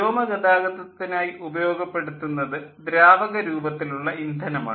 വ്യോമഗതാഗതത്തിനായി ഉപയോഗപ്പെടുത്തുന്നത് ദ്രാവക രൂപത്തിലുള്ള ഇന്ധനമാണ്